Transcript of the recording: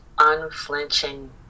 unflinching